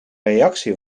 reactie